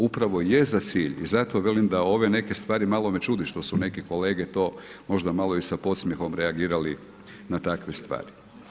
Upravo je za cilj i zato velim da ove neke stvari, malo me čudi što su neke kolege to možda malo i sa podsmjehom reagirali na takve stvari.